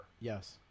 Yes